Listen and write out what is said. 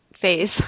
phase